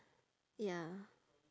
ya